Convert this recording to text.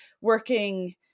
working